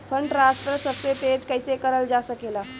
Fund transfer सबसे तेज कइसे करल जा सकेला?